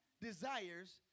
desires